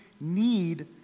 need